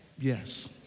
Yes